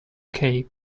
cave